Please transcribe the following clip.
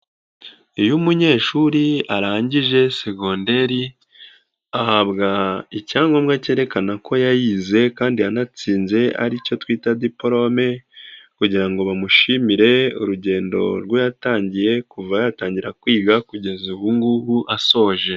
Iyo umunyeshuri arangije segonderi, ahabwa icyangombwa cyerekana ko yayize kandi yanatsinze, aricyo twita diplome kugira ngo bamushimire urugendo rwo yatangiye, kuva yatangira kwiga, kugeza ubu ngubu asoje.